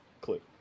click